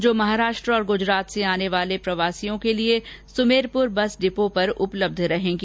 जो महाराष्ट्र और गुजरात से आने वाले प्रवासियों के लिए सुमेरपुर बस डिपो पर उपलब्ध रहेगी